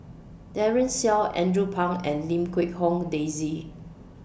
Daren Shiau Andrew Phang and Lim Quee Hong Daisy